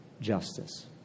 justice